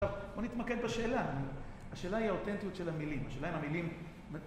עכשיו, בוא נתמקד בשאלה, נו. השאלה היא האותנטיות של המילים. השאלה אם המילים